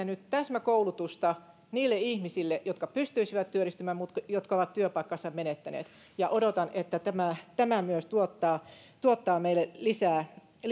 nyt täsmäkoulutusta niille ihmisille jotka pystyisivät työllistymään mutta jotka ovat työpaikkansa menettäneet odotan että tämä tämä myös tuottaa tuottaa meille lisää työpaikkoja ja